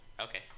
okay